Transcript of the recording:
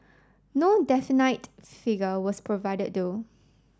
no definite figure was provided though